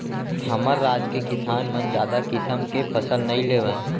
हमर राज के किसान मन जादा किसम के फसल नइ लेवय